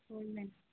ਕੋਈ ਨਾ ਜੀ